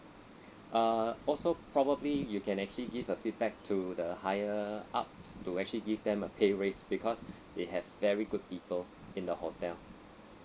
uh also probably you can also actually give the feedback to the higher ups to actually give them a pay raise because they have very good people in the hotel